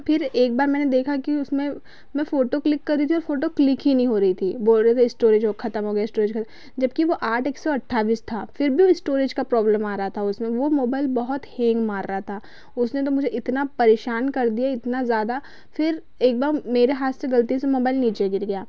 फिर एक बार मैंने देखा कि उसमें मैं फोटो क्लिक कर रही थी और फोटो क्लिक ही नहीं हो रही थी बोल रहे थे स्टोरेज वो खत्म हो गया स्टोरेज जबकि वो आठ एक सौ अट्ठाईस था फिर भी इस्टोरेज का प्रोब्लम आ रहा था उसमे वो मोबाईल बहुत हेंग मार रहा था उसने तो मुझे इतना परेशान कर दिया इतना ज़्यादा फिर एक बार मेरे हाँथ से गलती से मोबाईल नीचे गिर गया